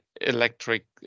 electric